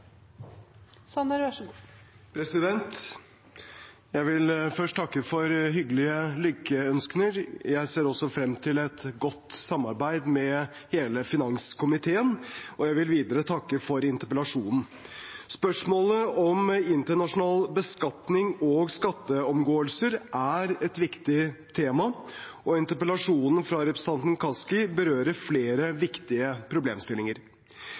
Jeg vil først takke for hyggelige lykkønsker. Jeg ser også frem til et godt samarbeid med hele finanskomiteen. Jeg vil videre takke for interpellasjonen. Spørsmålet om internasjonal beskatning og skatteomgåelser er et viktig tema, og interpellasjonen fra representanten Kaski berører flere viktige problemstillinger.